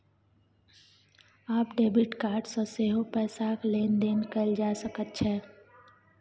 आब debit card सँ सेहो पैसाक लेन देन कैल जा सकैत छै